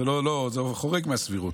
זה חורג מהסבירות,